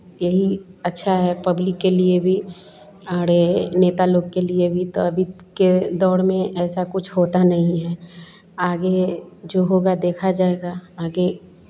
यही अच्छा है पब्लिक के लिए भी और ये नेता लोग के लिए भी तो अभी के दौर में ऐसा कुछ होता नहीं है आगे जो होगा देखा जाएगा आगे